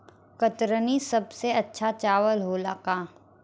कतरनी सबसे अच्छा चावल होला का?